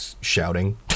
shouting